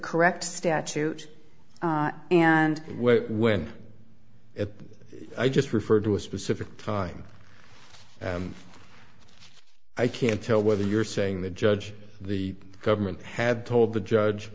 correct statute and when i just referred to a specific time i can't tell whether you're saying the judge the government had told the judge